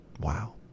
Wow